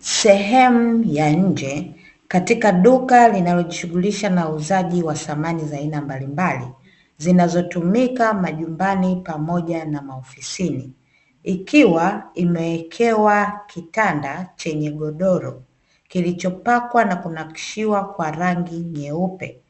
Sehemu ya nje katika duka linaloshughulisha na uuzaji wa samani za aina mbalimbali, zinazotumika majumbani pamoja na maofisini ikiwa imewekewa kitanda chenye godoro kilichopakwa na kunakishiwa kwa rangi nyeupe